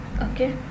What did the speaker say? okay